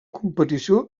competició